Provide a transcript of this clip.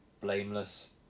blameless